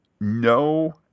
No